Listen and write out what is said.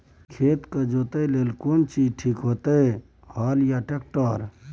खेत के जोतय लेल केना चीज ठीक होयत अछि, हल, ट्रैक्टर?